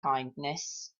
kindness